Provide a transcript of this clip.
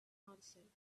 answered